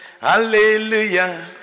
Hallelujah